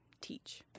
teach